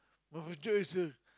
my future is a